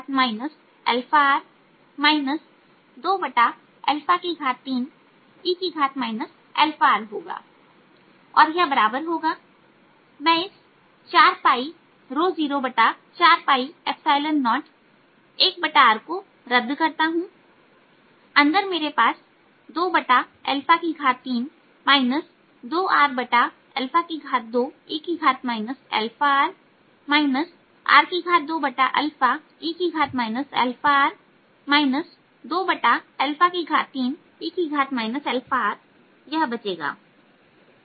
मैं इस 40401r को रद्द करता हूं अंदर मेरे पास 23 2r2e αr r2e αr 23e αr यह बचेगा